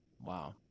Wow